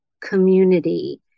community